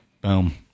Boom